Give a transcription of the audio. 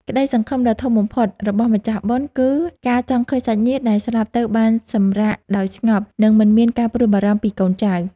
ក្តីសង្ឃឹមដ៏ធំបំផុតរបស់ម្ចាស់បុណ្យគឺការចង់ឃើញសាច់ញាតិដែលស្លាប់ទៅបានសម្រាកដោយស្ងប់ និង មិនមានការព្រួយបារម្ភពីកូនចៅ។